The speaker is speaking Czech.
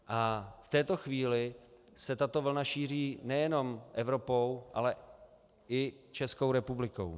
V této chvíli se tato vlna šíří nejenom Evropou, ale i Českou republikou.